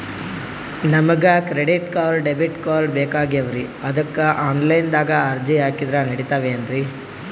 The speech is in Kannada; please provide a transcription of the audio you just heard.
ನಮಗ ಕ್ರೆಡಿಟಕಾರ್ಡ, ಡೆಬಿಟಕಾರ್ಡ್ ಬೇಕಾಗ್ಯಾವ್ರೀ ಅದಕ್ಕ ಆನಲೈನದಾಗ ಅರ್ಜಿ ಹಾಕಿದ್ರ ನಡಿತದೇನ್ರಿ?